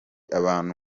abantu